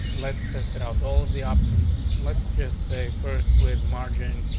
let's test it out. all of the options. let's just say first with margin,